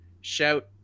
shout